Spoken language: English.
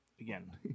Again